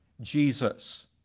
Jesus